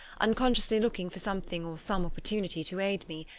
unconsciously looking for something or some opportunity to aid me,